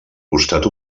costat